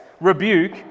rebuke